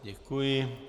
Děkuji.